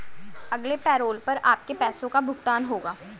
अगले पैरोल पर आपके पैसे का भुगतान होगा